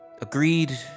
agreed